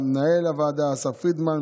למנהל הוועדה אסף פרידמן,